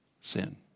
sin